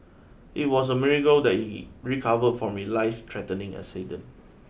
it was a miracle that he recover from his life threatening accident